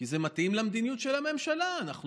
כי זה מתאים למדיניות של הממשלה: אנחנו